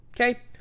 okay